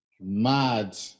mad